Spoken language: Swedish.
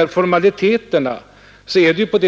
Oavsett formaliteterna